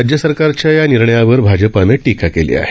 राज्य सरकारच्या या निर्णयावर भाजपानं टीका केली आहे